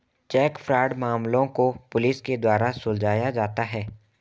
check fraud मामलों को police के द्वारा सुलझाया जाता है